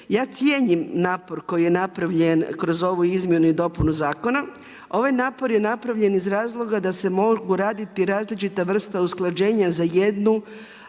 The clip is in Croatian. Ja cijenim napor koji je napravljen kroz ovu izmjenu i dopunu zakona. Ovaj napor je napravljen iz razloga da se mogu raditi različite vrste usklađenja za jednu